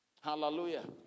Hallelujah